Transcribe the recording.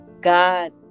God